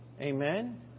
Amen